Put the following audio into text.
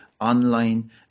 online